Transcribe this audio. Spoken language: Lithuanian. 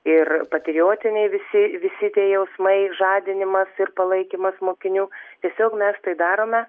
ir patriotiniai visi visi tie jausmai žadinimas ir palaikymas mokinių tiesiog mes tai darome